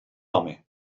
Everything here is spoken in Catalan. home